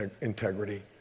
integrity